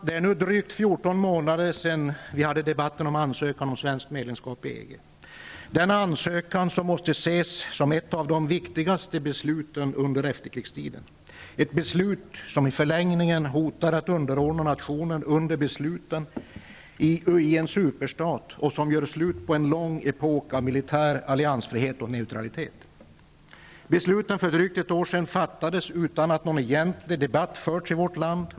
Det är nu drygt 14 månader sedan vi debatterade svenskt medlemskap i EG -- en ansökan som måste ses som ett av de viktigaste besluten under efterkrigstiden. Det handlar om ett beslut som i en förlängning innebär ett hot att nationen underordnas beslut som fattas i en superstat och som gör slut på en lång epok av militär alliansfrihet och neutralitet. Besluten för drygt ett år sedan fattades utan att någon egentlig debatt hade förts i vårt land.